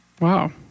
Wow